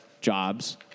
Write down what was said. jobs